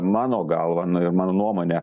mano galva nu ir mano nuomone